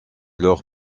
leur